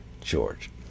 George